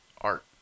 art